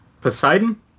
Poseidon